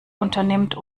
unternimmt